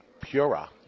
pura